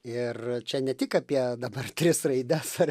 ir čia ne tik apie dabar tris raides ar